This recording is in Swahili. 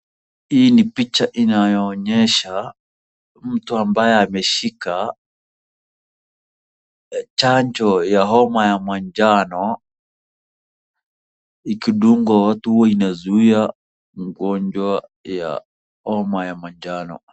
Mtu ambaye ameshika chanjo ya homa ya manjano, ikidungwa watu huwa inazuia homa ya manjano.